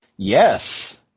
Yes